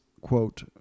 Quote